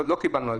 לא קיבלנו תשובות.